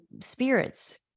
spirits